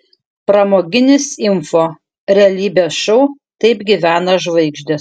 pramoginis info realybės šou taip gyvena žvaigždės